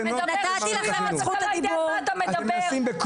אתה לא יודע על מה אתה מדבר,